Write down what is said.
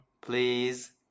please